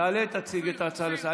תעלה, תציג את ההצעה לסדר-היום.